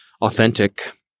authentic